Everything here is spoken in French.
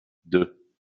deux